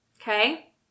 okay